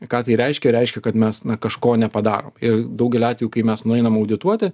ką tai reiškia reiškia kad mes na kažko nepadarom ir daugeliu atvejų kai mes nueinam audituoti